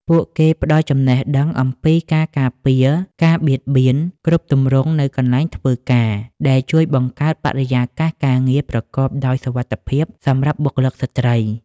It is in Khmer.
ពួកគេផ្ដល់ចំណេះដឹងអំពីការការពារការបៀតបៀនគ្រប់ទម្រង់នៅកន្លែងធ្វើការ ដែលជួយបង្កើតបរិយាកាសការងារប្រកបដោយសុវត្ថិភាពសម្រាប់បុគ្គលិកស្រ្តី។